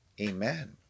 Amen